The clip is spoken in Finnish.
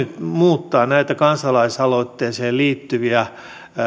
muuttaa näitä kansalaisaloitteeseen liittyviä